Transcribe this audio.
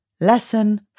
Lesson